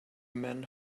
men